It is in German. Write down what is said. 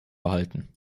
erhalten